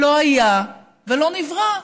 לא היה ולא נברא.